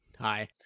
Hi